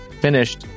finished